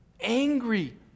angry